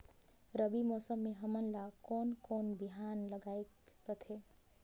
रबी मौसम मे हमन ला कोन कोन बिहान लगायेक रथे?